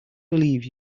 believe